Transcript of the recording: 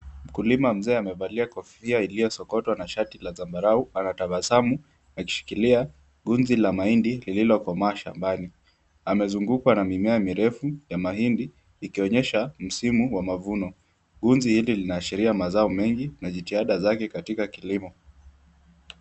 Mkulima mzee amevalia kofia iliyosokotwa na shati la zambarau anatabasamu, akishikilia gunzi la mahindi lililokomaa shambani. Amezungukwa na mimea mirefu ya mahindi, ikionyesha msimu wa mavuno. Gunzi hili linaashiria mazao mengi na jitihada zake katika kilimo.